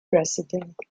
president